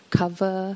cover